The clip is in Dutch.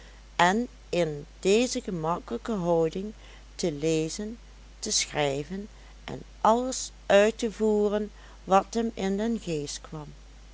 en in deze gemakkelijke houding te lezen te schrijven en alles uit te voeren wat hem in den geest kwam